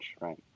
right